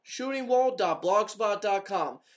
shootingwall.blogspot.com